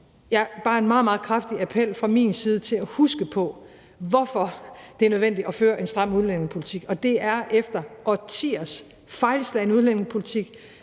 en meget, meget kraftig appel fra min side til at huske på, hvorfor det er nødvendigt at føre en stram udlændingepolitik, og det er efter årtiers fejlslagen udlændingepolitik